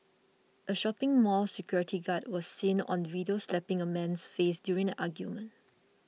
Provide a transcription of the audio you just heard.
a shopping mall security guard was seen on video slapping a man's face during an argument